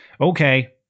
Okay